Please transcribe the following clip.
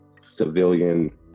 civilian